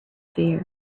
fear